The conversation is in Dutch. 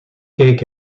keek